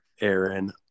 Aaron